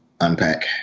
unpack